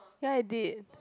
ya I did